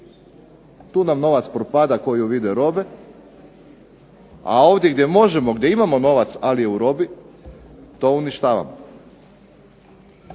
tu nam novac propada koju vide robe, a ovdje gdje imamo novac ali je u robi, to uništavamo.